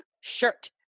shirt